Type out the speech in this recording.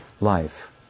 life